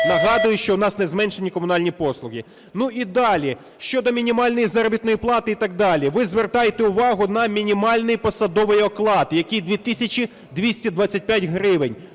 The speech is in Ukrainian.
Нагадую, що у нас не зменшено комунальні послуги. Ну, і далі. Щодо мінімальної заробітної плати і так далі. Ви звертайте увагу на мінімальний посадовий оклад, який 2 тисячі 225 гривень.